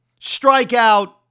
strikeout